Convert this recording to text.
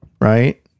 right